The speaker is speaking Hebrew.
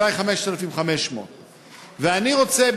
אולי 5,500. ואני רוצה,